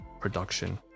production